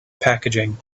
packaging